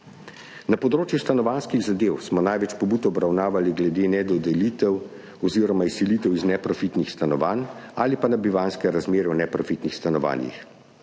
Na področju stanovanjskih zadev smo največ pobud obravnavali glede nedodelitev oziroma izselitev iz neprofitnih stanovanj ali pa bivanjskih razmer v neprofitnih stanovanjih.